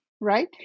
right